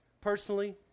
personally